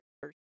first